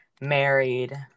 married